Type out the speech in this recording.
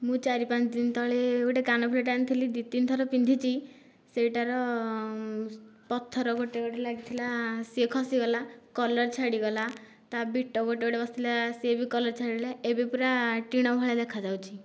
ମୁଁ ଚାରି ପାଞ୍ଚଦିନ ତଳେ ଗୋଟିଏ କାନଫୁଲଟେ ଆଣିଥିଲି ଦୁଇ ତିନ ଥର ପିନ୍ଧିଛି ସେଇଟାର ପଥର ଗୋଟିଏ ଗୋଟିଏ ଲାଗିଥିଲା ସିଏ ଖସିଗଲା କଲର୍ ଛାଡ଼ିଗଲା ତା ବିଟ ଗୋଟିଏ ଗୋଟିଏ ବସିଥିଲା ସିଏ ବି କଲର୍ ଛାଡ଼ିଗଲା ଏବେ ପୁରା ଟିଣ ଭଳିଆ ଦେଖା ଯାଉଛି